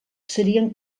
serien